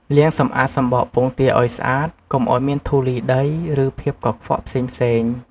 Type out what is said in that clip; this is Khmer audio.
លាងសម្អាតសម្បកពងទាឱ្យស្អាត កុំឱ្យមានធូលីដី ឬភាពកខ្វក់ផ្សេងៗ។